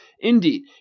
indeed